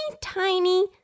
tiny